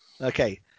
Okay